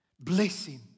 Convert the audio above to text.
blessing